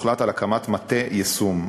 הוחלט על הקמת מטה יישום,